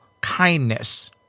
kindness